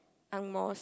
Ang-Moh